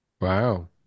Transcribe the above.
Wow